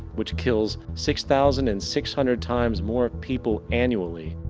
which kills six thousand and six hundred times more people annually,